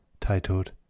titled